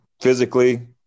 physically